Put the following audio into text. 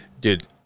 dude